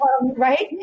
Right